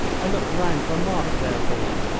i looked round for a mark, therefore,